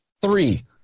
Three